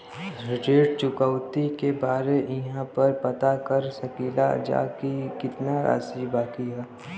ऋण चुकौती के बारे इहाँ पर पता कर सकीला जा कि कितना राशि बाकी हैं?